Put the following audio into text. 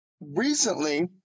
Recently